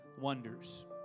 wonders